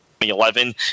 2011